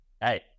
hey